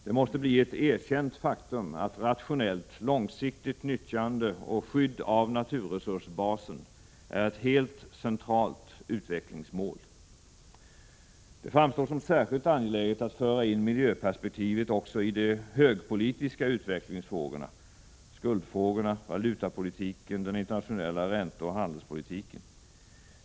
Det måste bli ett erkänt faktum att rationellt, långsiktigt nyttjande och skydd av naturresursbasen är ett helt centralt utvecklingsmål. Det framstår som särskilt angeläget att föra in miljöperspektivet också i de ”högpolitiska” utvecklingsfrågorna — skuldfrågorna, valutapolitiken, den internationella ränteoch handelspolitiken.